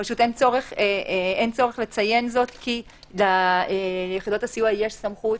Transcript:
פשוט אין צורך לציין זאת כי ליחידות הסיוע יש סמכות